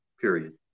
period